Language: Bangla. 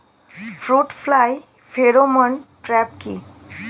ফ্রুট ফ্লাই ফেরোমন ট্র্যাপ কি?